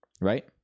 Right